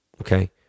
okay